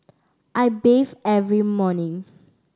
I bathe every morning